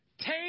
Take